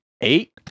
Eight